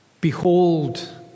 behold